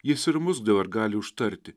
jis ir mus dar gali užtarti